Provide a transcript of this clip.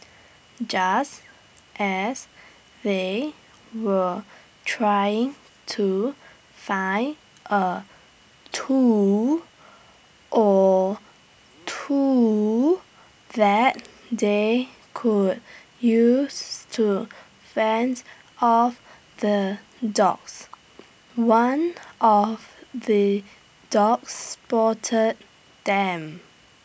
just as they were trying to find A tool or two that they could use to fend off the dogs one of the dogs spot them